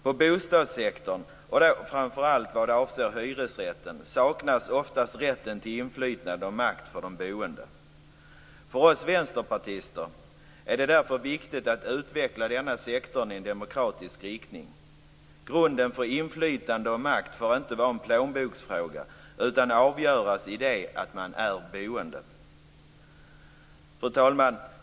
På bostadssektorn, och då framför allt vad avser hyresrätten, saknas ofta rätten till inflytande och makt för de boende. För oss vänsterpartister är det därför viktigt att utveckla denna sektor i en demokratisk riktning. Vad som är grunden för inflytande och makt får inte vara en plånboksfråga, utan det skall avgöras av de boende. Fru talman!